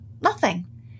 Nothing